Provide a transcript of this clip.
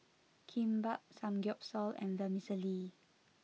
Kimbap Samgeyopsal and Vermicelli